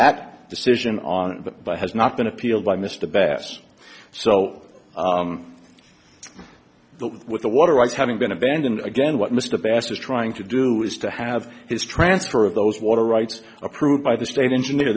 nack decision on but has not been appealed by mr bass so the with the water rights having been abandoned again what mr bass is trying to do is to have his transfer of those water rights approved by the state engineer